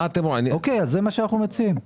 זה מה שאנחנו מציעים.